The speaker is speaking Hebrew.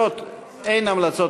אין מתנגדים, אין נמנעים.